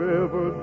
River